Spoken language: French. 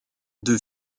deux